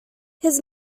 his